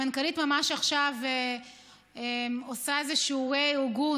המנכ"לית ממש עכשיו עושה איזשהו רה-ארגון